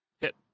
Hit